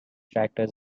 tractors